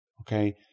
Okay